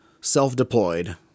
self-deployed